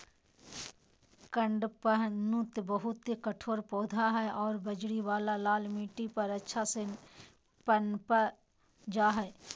कडपहनुत बहुत कठोर पौधा हइ आरो बजरी वाला लाल मिट्टी पर अच्छा से पनप जा हइ